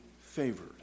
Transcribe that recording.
favored